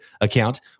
account